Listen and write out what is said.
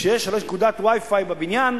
הרי כשיש נקודת Wi-Fi בבניין,